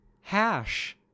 Hash